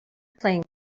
playing